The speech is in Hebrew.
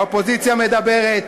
האופוזיציה מדברת,